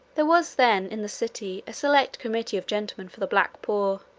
there was then in the city a select committee of gentlemen for the black poor,